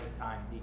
time